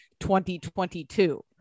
2022